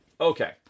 Okay